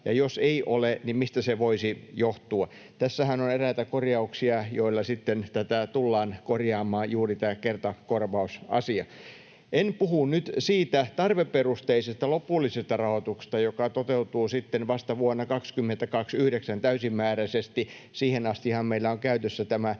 jos ei ole, niin mistä se voisi johtua. Tässähän on eräitä korjauksia, joilla tätä tullaan korjaamaan: juuri tämä kertakorvausasia. En puhu nyt siitä tarveperusteisesta, lopullisesta rahoituksesta, joka toteutuu vasta vuonna 2029 täysimääräisesti — siihen astihan meillä on käytössä siirtymätasaus